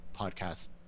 podcast